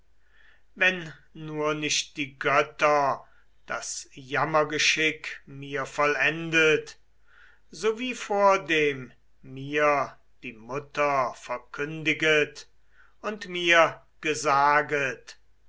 wenn nur nicht die götter das jammergeschick mir vollendet so wie vordem mir die mutter verkündiget und mir gesaget